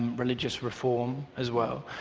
religious reform as well.